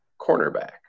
cornerback